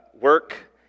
work